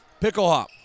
Picklehop